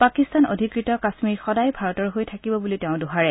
পাকিস্তান অধিকৃত কাম্মীৰ সদায় ভাৰতৰ হৈ থাকিব বুলিও তেওঁ দোহাৰে